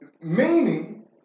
Meaning